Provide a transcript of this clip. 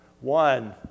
One